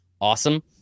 awesome